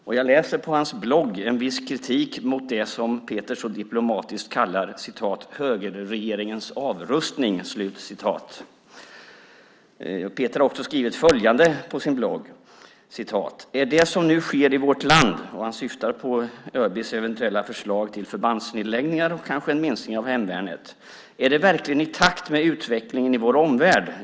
När jag läser hans blogg ser jag att där finns en viss kritik mot det han så diplomatiskt kallar "högerregeringens avrustning". På sin blogg skriver han också följande: "Är det som nu sker i vårt land" - han syftar på ÖB:s eventuella förslag till förbandsnedläggningar och kanske en minskning av hemvärnet - "verkligen i takt med utvecklingen i vår omvärld?